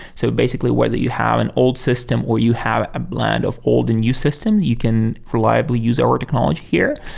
so basically, whether you have an old system or you have a blend of old and new system, you can reliably use our technology here.